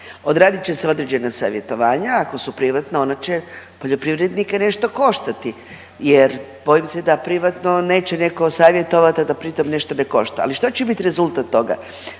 odradit će se određena savjetovanja, ako su privatna ona će poljoprivrednike nešto koštati jer bojim se da privatno neće neko savjetovat, a da pri tom nešto ne košta. Ali što će biti rezultat toga